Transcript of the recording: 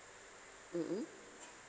mm mm